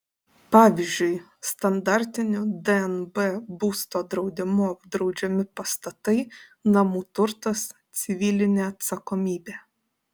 pavyzdžiui standartiniu dnb būsto draudimu apdraudžiami pastatai namų turtas civilinė atsakomybė